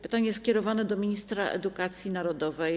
Pytanie skierowane jest do ministra edukacji narodowej.